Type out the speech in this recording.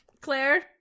Claire